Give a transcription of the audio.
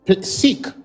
seek